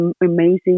amazing